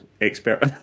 expert